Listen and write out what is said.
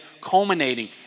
culminating